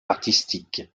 artistique